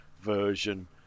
version